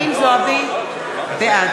(קוראת בשם חברת הכנסת) חנין זועבי, בעד